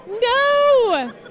No